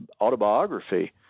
autobiography